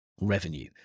revenue